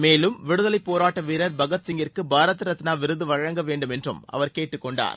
மேலும் விடுதலை போராட்ட வீரர் பகத் சிங்கிற்கு பாரத ரத்னா விருது வழங்க வேண்டும் என்றும் அவர் கேட்டுக் கொண்டார்